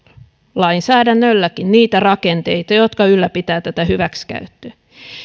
lainsäädännölläkin niitä rakenteita jotka ylläpitävät tätä hyväksikäyttöä